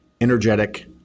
energetic